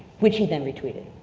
which he then retweeted.